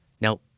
Now